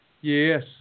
Yes